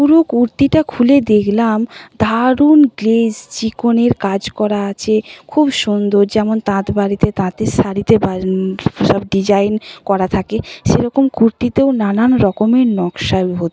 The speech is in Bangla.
পুরো কুর্তিটা খুলে দেখলাম দারুণ গ্লেজ চিকনের কাজ করা আছে খুব সুন্দর যেমন তাঁত বাড়িতে তাঁতের শাড়িতে বা সব ডিজাইন করা থাকে সেরকম কুর্তিতেও নানান রকমের নকশায় ভর্তি